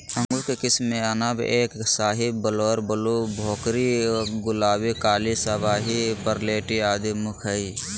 अंगूर के किस्म मे अनब ए शाही, बंगलोर ब्लू, भोकरी, गुलाबी, काली शाहवी, परलेटी आदि मुख्य हई